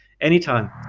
anytime